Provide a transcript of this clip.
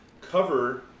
cover